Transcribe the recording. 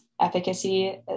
efficacy